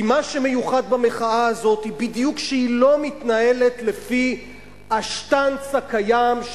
כי מה שמיוחד במחאה הזאת הוא בדיוק שהיא לא מתנהלת לפי השטנץ הקיים,